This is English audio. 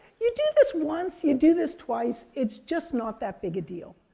you do this once, you do this twice it's just not that big a deal.